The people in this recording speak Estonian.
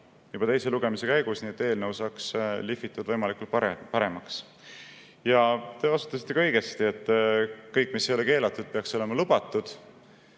arutada teise lugemise käigus, nii et eelnõu saaks lihvitud paremaks. Ja te osutasite õigesti, et kõik, mis ei ole keelatud, peaks olema lubatud.